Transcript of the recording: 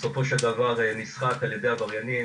בסופו של דבר נסחט על ידי עבריינים,